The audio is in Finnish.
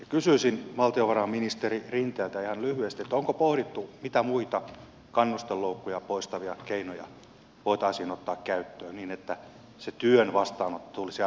kysyisin valtiovarainministeri rinteeltä ihan lyhyesti onko pohdittu mitä muita kannusteloukkuja poistavia keinoja voitaisiin ottaa käyttöön niin että se työn vastaanotto tulisi aina kannattavaksi